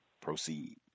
proceed